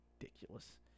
Ridiculous